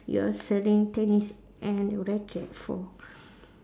you're selling tennis and racket for